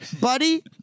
Buddy